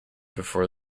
before